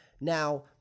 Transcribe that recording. Now